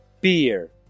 Beer